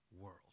world